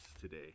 today